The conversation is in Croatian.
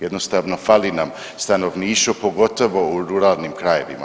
Jednostavno fali nam stanovništvo, pogotovo u ruralnim krajevima.